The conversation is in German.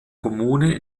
kommune